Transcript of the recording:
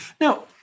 now